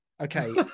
Okay